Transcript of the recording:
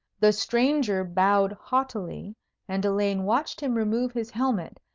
the stranger bowed haughtily and elaine watched him remove his helmet,